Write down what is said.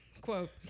Quote